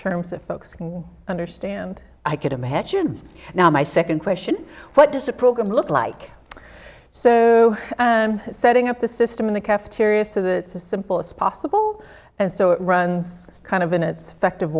terms of folks can understand i can imagine now my second question what does the program look like so setting up the system in the cafeteria so the simple as possible and so it runs kind of in its effect of